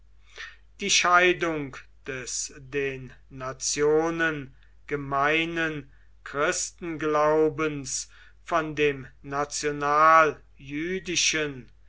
die scheidung des den nationen gemeinen christenglaubens von dem